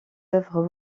œuvres